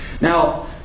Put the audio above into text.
Now